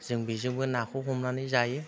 जों बेजोंबो नाखौ हमनानै जायो